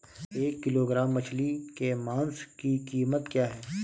एक किलोग्राम मछली के मांस की कीमत क्या है?